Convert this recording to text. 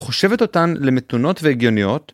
‫חושבת אותן למתונות והגיוניות